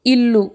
ఇల్లు